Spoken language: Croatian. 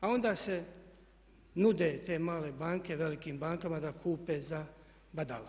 A onda se nude te male banke velikim bankama da kupe za badava.